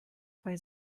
bei